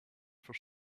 for